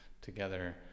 together